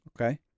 Okay